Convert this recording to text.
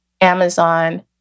Amazon